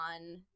on